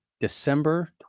December